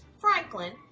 Franklin